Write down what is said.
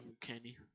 Kenny